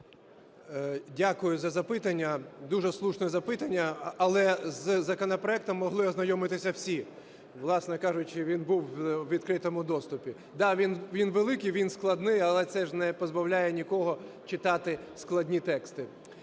Дякую за запитання, дуже слушне запитання. Але з законопроектом могли ознайомитись всі. Власне кажучи, він був у відкритому доступі. Да, він великий, він складний, але ж це не позбавляє нікого читати складні тексти,